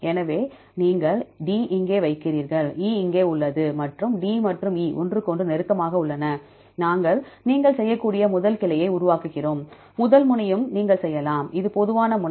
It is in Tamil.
எனவே நீங்கள் D இங்கே வைக்கிறீர்கள் E இங்கே உள்ளது மற்றும் D மற்றும் E ஒன்றுக்கொன்று நெருக்கமாக உள்ளன நாங்கள் நீங்கள் செய்யக்கூடிய முதல் கிளையை உருவாக்குகிறோம் முதல் முனையும் நீங்கள் செய்யலாம் இது பொதுவான முனை